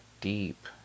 deep